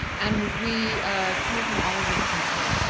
and we came from all over the country.